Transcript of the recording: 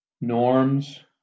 norms